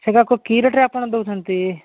ସେଗୁଡ଼ାକୁ କି ରେଟ୍ରେ ଆପଣ ଦେଉଛନ୍ତି